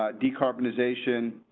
ah decarbonization,